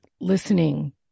listening